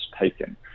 taken